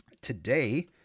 Today